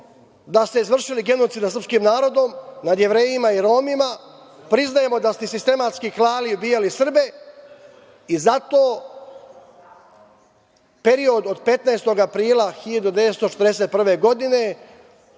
da ste izvršili genocid nad srpskim narodom, nad Jevrejima i Romima, priznajemo da ste sistematski klali i ubijali Srbe i zato period od 15. aprila 1941. godine